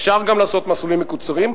ואפשר גם לעשות מסלולים מקוצרים.